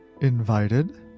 invited